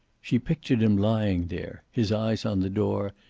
she pictured him lying there, his eyes on the door,